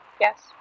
Yes